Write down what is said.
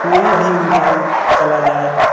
कोई भी इंसान चला जाए